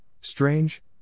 strange